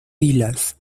pilas